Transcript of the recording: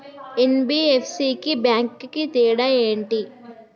NBFC కి bank కి తేడా ఏంటి?